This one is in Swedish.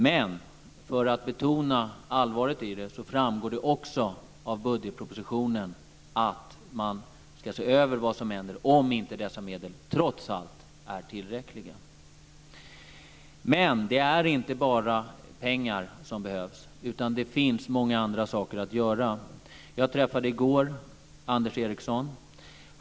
Men för att betona allvaret i det framgår det också av budgetpropositionen att man ska se över vad som händer om dessa medel trots allt inte är tillräckliga. Men det är inte bara pengar som behövs, utan det finns många andra saker att göra. Jag träffade i går Anders Eriksson.